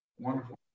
Wonderful